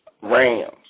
Rams